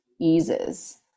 eases